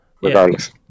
regardless